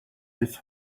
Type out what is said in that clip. his